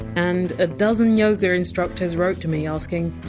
and a dozen yoga instructors wrote to me asking!